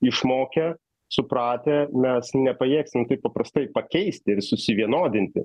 išmokę supratę mes nepajėgsim taip paprastai pakeisti ir susivienodinti